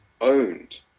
owned